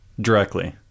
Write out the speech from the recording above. directly